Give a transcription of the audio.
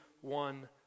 one